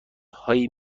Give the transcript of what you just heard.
هایی